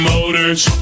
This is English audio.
Motors